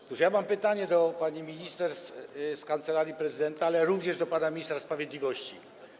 Otóż ja mam pytanie do pani minister z Kancelarii Prezydenta RP, ale również do pana ministra sprawiedliwości.